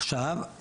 עכשיו,